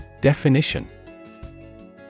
Definition